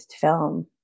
film